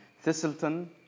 Thistleton